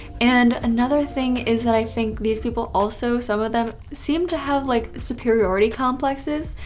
and another thing is that i think these people also, some of them, seem to have like superiority complexes.